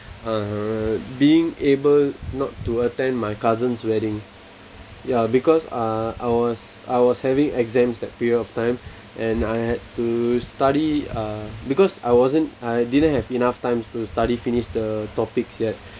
uh being able not to attend my cousin's wedding ya because ah I was I was having exams that period of time and I had to study uh because I wasn't I didn't have enough time to study finish the topics yet